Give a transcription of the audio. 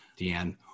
Deanne